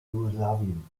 jugoslawien